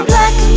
Black